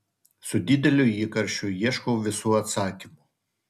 su dideliu įkarščiu ieškau visų atsakymų